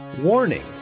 Warning